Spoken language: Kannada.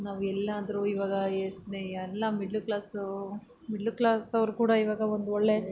ನಾವೆಲ್ಲಾದರೂ ಇವಾಗ ಎಷ್ಟನೇ ಎಲ್ಲ ಮಿಡ್ಲ್ ಕ್ಲಾಸು ಮಿಡ್ಲ್ ಕ್ಲಾಸವ್ರು ಕೂಡ ಇವಾಗ ಒಂದು ಒಳ್ಳೆ